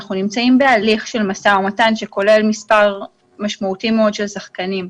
אנחנו נמצאים בהליך של משא ומתן הכולל מספר משמעותי מאוד של שחקנים,